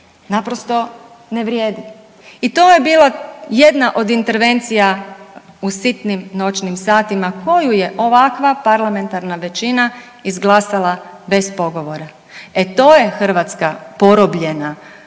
naprosto ne vrijedi. I to je bila jedna od intervencija u sitnim noćnim satima koju je ovakva parlamentarna većina izglasala bez pogovora. E to je Hrvatska porobljena,